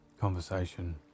conversation